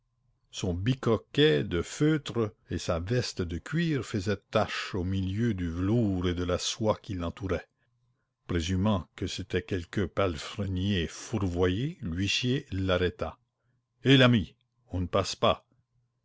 son bicoquet de feutre et sa veste de cuir faisaient tache au milieu du velours et de la soie qui l'entouraient présumant que c'était quelque palefrenier fourvoyé l'huissier l'arrêta hé l'ami on ne passe pas